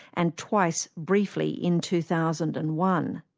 and twice briefly in two thousand and one.